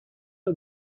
are